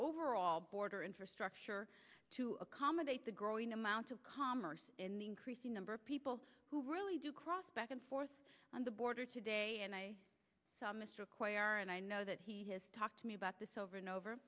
overall border infrastructure to accommodate the growing amount of commerce in the increasing number of people who really do cross back and forth on the border today and i saw mr acquire and i know that he has talked to me about this over and over